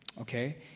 okay